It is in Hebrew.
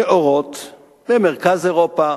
נאורות, במרכז אירופה,